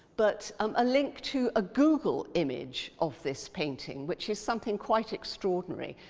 but um a link to a google image of this painting, which is something quite extraordinary,